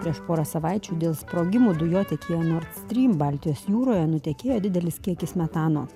prieš porą savaičių dėl sprogimų dujotiekio nord stream baltijos jūroje nutekėjo didelis kiekis metano